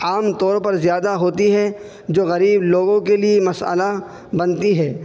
عام طور پر زیادہ ہوتی ہے جو غریب لوگوں کے لیے مسئلہ بنتی ہے